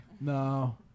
No